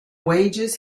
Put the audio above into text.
wages